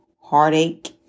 heartache